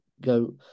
go